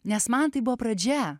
nes man tai buvo pradžia